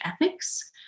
ethics